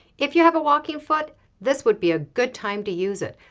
if you have a walking foot this would be a good time to use it,